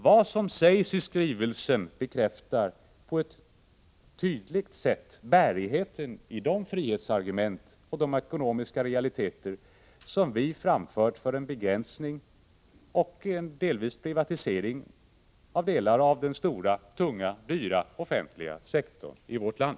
Vad som sägs i skrivelsen bekräftar på ett tydligt sätt bärigheten i de frihetsargument och de ekonomiska realiteter som vi framfört för en begränsning och privatisering av delar av den stora tunga, dyra offentliga sektorn i vårt land.